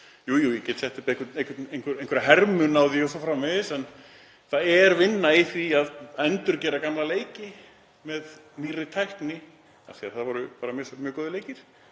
Jú, ég get sett upp einhverja hermun á því o.s.frv. en það felst vinna í því að endurgera gamla leiki með nýrri tækni, af því að þetta eru bara mjög góðir leikir.